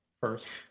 first